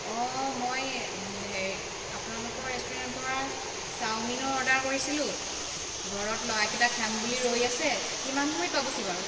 অঁ মই হেৰি আপোনালোকৰ ৰেষ্টুৰেন্টৰপৰা চাও মিনৰ অৰ্ডাৰ কৰিছিলোঁ ঘৰত ল'ৰাকেইটাই খাম বুলি ৰৈ আছে কিমান সময়ত পাবহি বাৰু